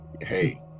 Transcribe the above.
hey